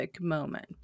moment